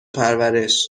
پرورش